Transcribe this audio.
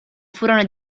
furono